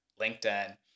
LinkedIn